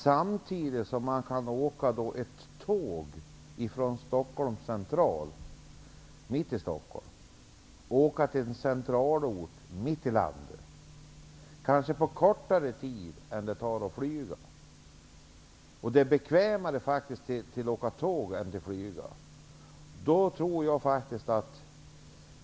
Samtidigt kan man åka tåg från Stockholms Central, mitt i Stockholm, till någon centralort mitt i landet, och kanske på kortare tid än det tar att flyga. Det är bekvämare att åka tåg än att flyga.